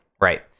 right